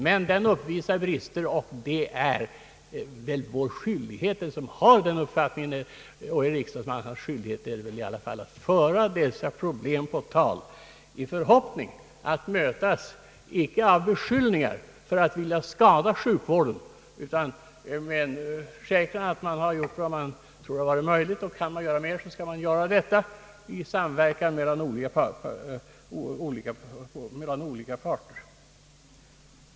Men den uppvisar också brister, och den som har den uppfattningen och är riksdagsman har väl i alla fall skyldighet att föra dessa problem på tal. Detta bör inte mötas av beskyllningar för att man skadar sjukvården utan möjligen med uppgiften att man från statsmaktens sida har gjort vad man tror har varit möjligt och en försäkran, att kan man göra mera, skall man göra detta i samverkan mellan olika parter.